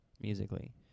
musically